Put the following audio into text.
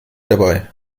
dabei